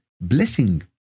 blessing